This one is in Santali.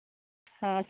ᱦᱮᱸ